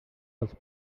els